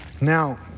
Now